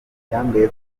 yabwiye